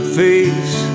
face